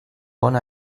ona